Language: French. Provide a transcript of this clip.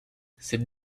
cette